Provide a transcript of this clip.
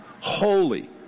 holy